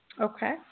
Okay